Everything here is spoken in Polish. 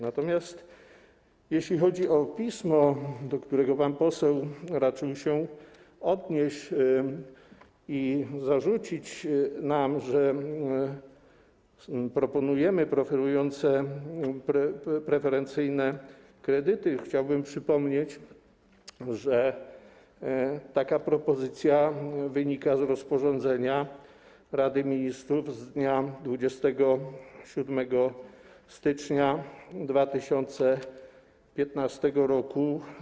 Natomiast jeśli chodzi o pismo, do którego pan poseł raczył się odnieść, by zarzucić nam, że proponujemy preferencyjne kredyty, chciałbym przypomnieć, że taka propozycja wynika z rozporządzenia Rady Ministrów z dnia 27 stycznia 2015 r.